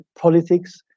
politics